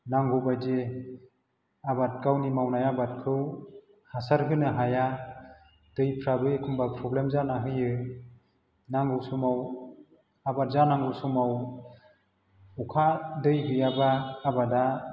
नांगौबायदि आबाद गावनि मावनाय आबादखौ हासार होनो हाया दैफ्राबो एखमबा प्रब्लेम जाना होयो नांगौ समाव आबाद जानांगौ समाव अखा दै गैयाबा आबादा